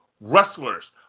wrestlers